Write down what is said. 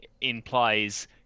implies